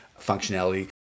functionality